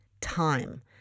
time